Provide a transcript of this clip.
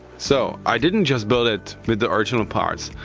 so i didn't just build it with the original parts,